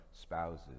spouses